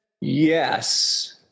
Yes